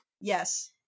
Yes